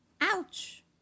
ouch